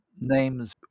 names